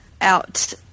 out